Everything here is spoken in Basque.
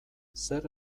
zer